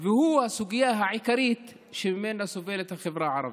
והוא הסוגיה העיקרית שממנה סובלת החברה הערבית.